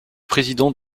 président